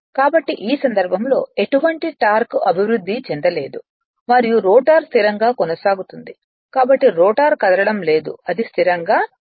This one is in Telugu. కాబట్టి ఈ సందర్భంలో ఎటువంటి టార్క్ అభివృద్ధి చెందలేదు మరియు రోటర్ స్థిరంగా కొనసాగుతుంది కాబట్టి రోటర్ కదలడం లేదు అది స్థిరంగా ఉంటుంది